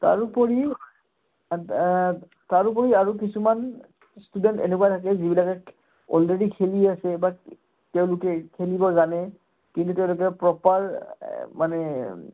তাৰোপৰি তাৰোপৰি আৰু কিছুমান ষ্টুডেণ্ট এনেকুৱা থাকে যিবিলাকে অলৰেডি খেলি আছে বা তেওঁলোকে খেলিব জানে কিন্তু তেওঁলোকে প্ৰপাৰ মানে